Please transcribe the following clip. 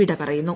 വിട പറയുന്നു